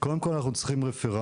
קודם כל אנחנו צריכים רפרנט,